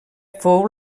fou